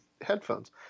headphones